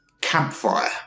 Campfire